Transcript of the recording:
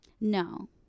No